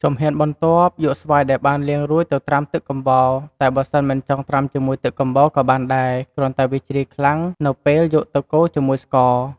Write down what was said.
ជំហានបន្ទាប់ យកស្វាយដែលបានលាងរួចទៅត្រាំទឹកកំបោរ តែបើសិនមិនចង់ត្រាំជាមួយទឹកកំបោរក៏បានដែរ គ្រាន់តែវាជ្រាយខ្លាំងនៅពេលយកទៅកូរជាមួយស្ករ។